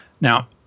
Now